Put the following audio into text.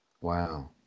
Wow